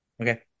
okay